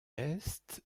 est